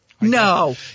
No